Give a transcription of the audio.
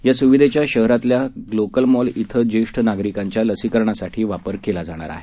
या स्विधेचा शहरातल्या ग्लोकल मॉल इथं ज्येष्ठ नागरिकांच्या लसीकरणासाठी वापर केला जाणार आहे